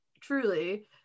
Truly